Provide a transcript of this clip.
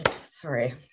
sorry